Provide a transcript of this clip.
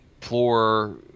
floor